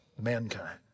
mankind